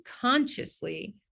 consciously